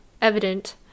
evident